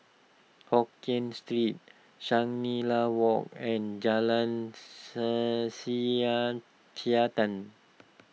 Hokkien Street Shangri La Walk and Jalan sir Siantan